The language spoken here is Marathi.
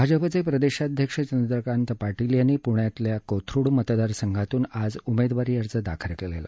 भाजपाचे प्रदेशाध्यक्ष चंद्रकांत पाटील यांनी पूण्यातल्या कोथरूड मतदार संघातून आज उमेदवारी अर्ज दाखल केला